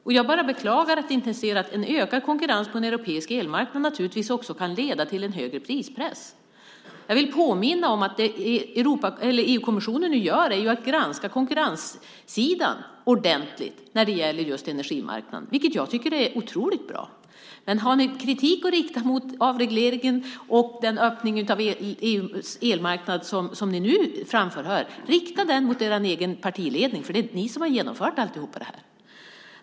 Jag kan bara beklaga att ni inte ser att en ökad konkurrens på en europeisk elmarknad naturligtvis också kan leda till en större prispress. Jag vill påminna om att det EU-kommissionen nu gör är att granska konkurrenssidan ordentligt när det gäller energimarknaden, vilket jag tycker är otroligt bra. Men om ni har sådan kritik att rikta mot avregleringen och den öppning av EU:s elmarknad som ni nu framför här, så rikta den mot er egen partiledning! Det är ju ni som har genomfört allt det här.